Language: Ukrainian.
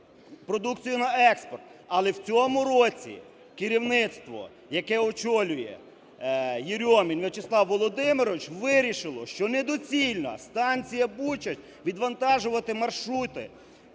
Але в цьому році керівництво, яке очолює Єрьомін В'ячеслав Володимирович, вирішило, що недоцільно станція Бучач відвантажувати маршрути